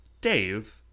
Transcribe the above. Dave